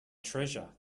treasure